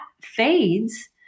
fades